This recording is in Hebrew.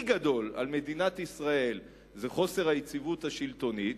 גדול על מדינת ישראל זה חוסר היציבות השלטונית,